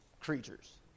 creatures